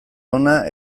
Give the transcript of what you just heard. ona